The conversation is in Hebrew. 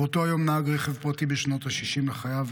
באותו יום נהג רכב פרטי בשנות השישים לחייו